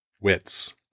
wits